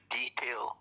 detail